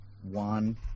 One